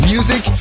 Music